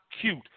cute